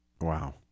Wow